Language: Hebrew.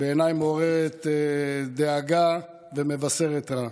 בעיניי מעוררת דאגה ומבשרת רע.